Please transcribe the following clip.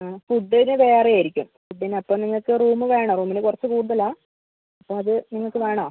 ആ ഫുഡ്ഡിന് വേറെ ആയിരിക്കും ഫുഡ്ഡിന് അപ്പോൾ നിങ്ങൾക്ക് റൂം വേണോ റൂമിന് കുറച്ച് കൂടുതൽ ആണ് അപ്പോൾ അത് നിങ്ങൾക്ക് വേണോ